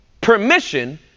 permission